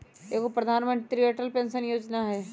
एगो प्रधानमंत्री अटल पेंसन योजना है?